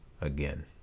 Again